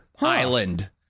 island